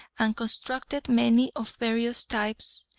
and constructed many of various types.